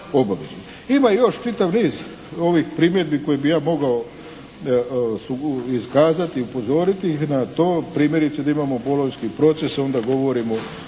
Ima još čitav niz ovih primjedbi koje bi ja mogao iskazati, upozoriti ili na to da primjerice da imamo Bolonjski proces onda govorimo